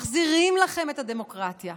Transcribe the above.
מחזירים לכם את הדמוקרטיה.